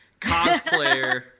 Cosplayer